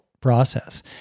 process